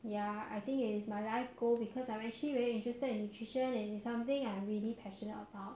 ya I think it is my life goal because I'm actually very interested in nutrition and it's something I'm really passionate about